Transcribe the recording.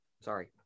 Sorry